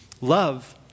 Love